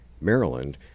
maryland